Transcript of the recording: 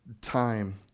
time